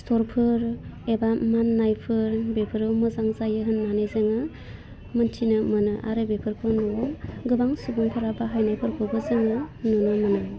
सिथरफोर एबा मान्नायफोर बेफोरो मोजां जायो होन्नानै जोङो मोनथिनो मोनो आरो बेफोरखौ गोबां सुबुंफ्रा बाहायनायफोरखौबो जोङो नुनो मोनो